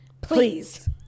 Please